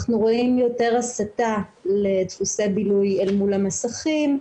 אנחנו רואים יותר הסתה לדפוסי בילוי אל מול המסכים,